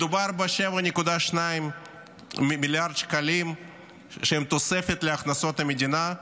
מדובר ב-7.2 מיליארד שקלים שהם תוספת להכנסות המדינה.